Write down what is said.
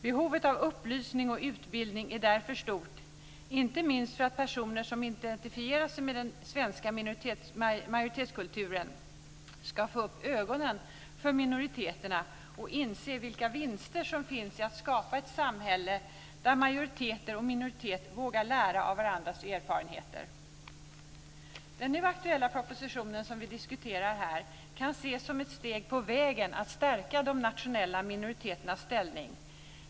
Behovet av upplysning och utbildning är därför stort, inte minst för att personer som identifierar sig med den svenska majoritetskulturen ska få upp ögonen för minoriteterna och inse vilka vinster som finns i att skapa ett samhälle där majoritet och minoritet vågar lära av varandras erfarenheter. Den nu aktuella propositionen, som vi diskuterar här, kan ses som ett steg på vägen att stärka de nationella minoriteternas ställning.